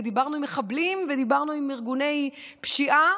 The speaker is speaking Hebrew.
ודיברנו עם מחבלים ודיברנו עם ארגוני פשיעה